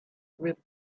with